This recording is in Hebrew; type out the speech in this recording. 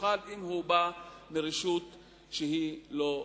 במיוחד אם הוא בא מרשות שאינה חזקה.